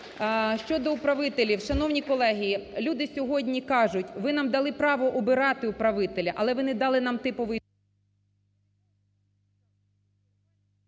Щодо управителів, шановні колеги, люди сьогодні кажуть, ви нам дали право обирати управителя, але ви не дали нам типовий…